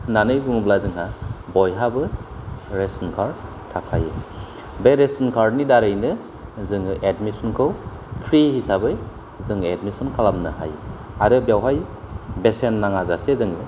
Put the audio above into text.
होननानै बुङोब्ला जोंहा बयहाबो रेसन कार्ड थाखायो बे रेसन कार्डनि दारैनो जोङो एडमिसन खौ फरि हिसाबै जों एडमिसन खालामनो हायो आरो बेयावहाय बेसेन नाङा जासे जोङो